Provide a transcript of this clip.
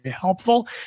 helpful